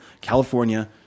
California